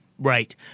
Right